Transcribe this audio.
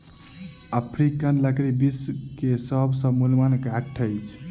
African लकड़ी विश्व के सभ से मूल्यवान काठ अछि